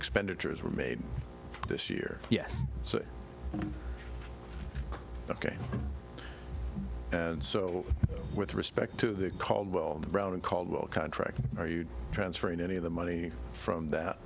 expenditures were made this year yes so ok and so with respect to the caldwell brown and caldwell contract are you transferring any of the money from that